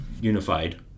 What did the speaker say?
unified